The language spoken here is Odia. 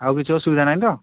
ଆଉ କିଛି ଅସୁବିଧା ନାହିଁ ତ